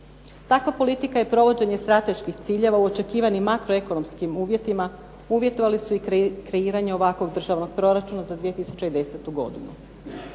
Takva politika je provođenje strateških ciljeva u očekivanim makroekonomskim uvjetima, uvjetovali su i kreiranje ovakvog državnog proračuna za 2010. godinu.